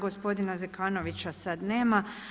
Gospodina Zekanovića sad nema.